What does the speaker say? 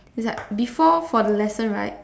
it's like before for the lesson right